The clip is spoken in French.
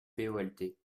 polt